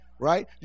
Right